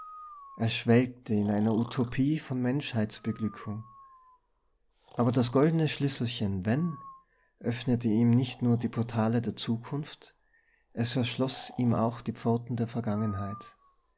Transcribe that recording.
er schwelgte in einer utopie von menschheitsbeglückung aber das goldene schlüsselchen wenn öffnete ihm nicht nur die portale der zukunft es erschloß ihm auch die pforten der vergangenheit